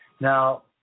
Now